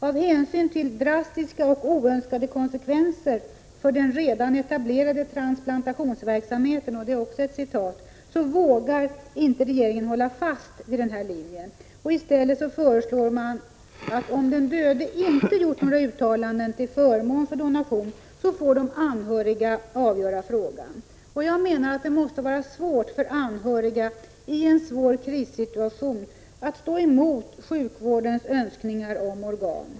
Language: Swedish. Av hänsyn till ”drastiska och oönskade konsekvenser för den redan etablerade transplantationsverksamheten”, som man skriver i propositionen, vågar emellertid regeringen inte hålla fast vid den linjen. I stället föreslår man att om den döde inte gjort några uttalanden till förmån för donation, då får de anhöriga avgöra frågan. Jag menar att det måste vara svårt för anhöriga att i en svår krissituation stå emot sjukvårdens önskningar om organ.